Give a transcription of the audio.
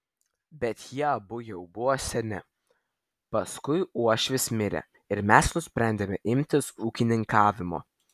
bet jie abu jau buvo seni paskui uošvis mirė ir mes nusprendėme imtis ūkininkavimo